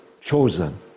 chosen